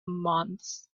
months